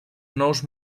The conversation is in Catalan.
nous